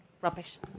rubbish